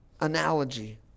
analogy